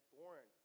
born